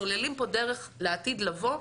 סוללים דרך לעתיד לבוא,